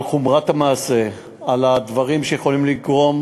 על חומרת המעשה, על הדברים שיכולים לגרום